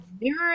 mirror